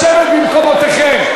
לשבת במקומותיכם.